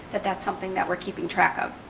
that that's something that we're keeping track of.